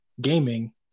gaming